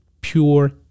pure